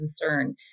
concern